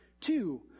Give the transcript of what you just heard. Two